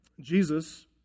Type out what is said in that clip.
Jesus